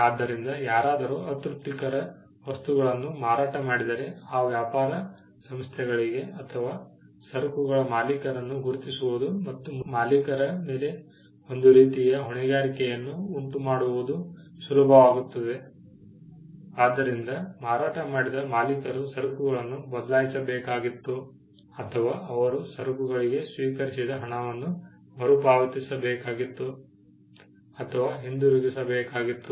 ಆದ್ದರಿಂದ ಯಾರಾದರೂ ಅತೃಪ್ತಿಕರ ವಸ್ತುಗಳನ್ನು ಮಾರಾಟ ಮಾಡಿದರೆ ಆ ವ್ಯಾಪಾರ ಸಂಸ್ಥೆಗಳಿಗೆ ಅಥವಾ ಸರಕುಗಳ ಮಾಲೀಕರನ್ನು ಗುರುತಿಸುವುದು ಮತ್ತು ಮಾಲೀಕರ ಮೇಲೆ ಒಂದು ರೀತಿಯ ಹೊಣೆಗಾರಿಕೆಯನ್ನು ಉಂಟುಮಾಡುವುದು ಸುಲಭವಾಗುತ್ತದೆ ಆದರಿಂದ ಮಾರಾಟ ಮಾಡಿದ ಮಾಲೀಕರು ಸರಕುಗಳನ್ನು ಬದಲಾಯಿಸಬೇಕಾಗಿತ್ತು ಅಥವಾ ಅವರು ಸರಕುಗಳಿಗೆ ಸ್ವೀಕರಿಸಿದ ಹಣವನ್ನು ಮರುಪಾವತಿಸಬೇಕಾಗಿತ್ತು ಅಥವಾ ಹಿಂದಿರುಗಿಸಬೇಕಾಗಿತ್ತು